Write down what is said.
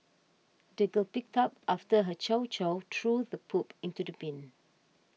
the girl picked up after her chow chow and threw the poop into the bin